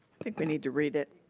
think we need to read it.